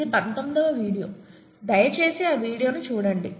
ఇది 19వ వీడియో దయచేసి ఆ వీడియోను చూడండి